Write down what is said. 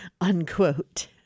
unquote